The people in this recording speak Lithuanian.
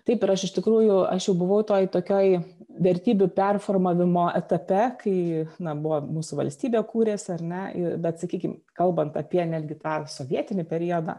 taip ir aš iš tikrųjų aš jau buvau toj tokioj vertybių performavimo etape kai na buvo mūsų valstybė kūrėsi ar ne bet sakykim kalbant apie netgi tą sovietinį periodą